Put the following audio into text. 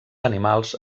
animals